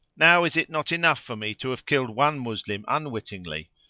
now is it not enough for me to have killed one moslem unwittingly,